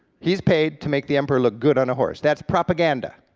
he's paid to make the emperor look good on a horse, that's propaganda.